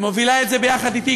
מובילה את ביחד אתי,